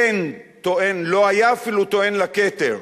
אין טוען, לא היה אפילו טוען לכתר